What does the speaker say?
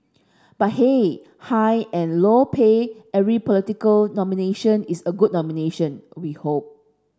but hey high and low pay every political nomination is a good nomination we hope